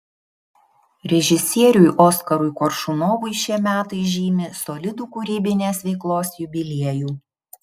režisieriui oskarui koršunovui šie metai žymi solidų kūrybinės veiklos jubiliejų